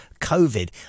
COVID